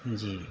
جی